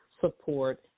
support